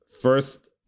First